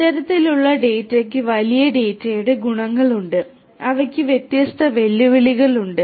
ഇത്തരത്തിലുള്ള ഡാറ്റയ്ക്ക് വലിയ ഡാറ്റയുടെ ഗുണങ്ങളുണ്ട് അവയ്ക്ക് വ്യത്യസ്ത വെല്ലുവിളികളുണ്ട്